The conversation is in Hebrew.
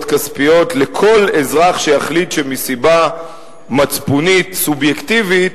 כספיות לכל אזרח שיחליט שמסיבה מצפונית סובייקטיבית,